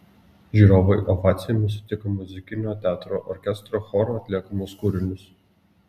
žiūrovai ovacijomis sutiko muzikinio teatro orkestro choro atliekamus kūrinius